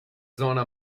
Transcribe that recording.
zona